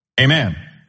Amen